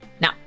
now